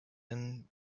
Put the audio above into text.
and